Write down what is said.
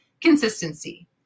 consistency